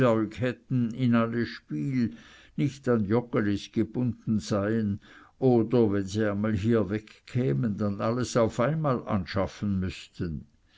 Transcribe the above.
in alle spiel nicht an joggelis gebunden seien oder wenn sie einmal hier wegkämen dann alles auf einmal anschaffen müßten